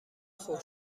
خرد